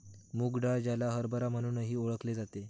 मूग डाळ, ज्याला हरभरा म्हणूनही ओळखले जाते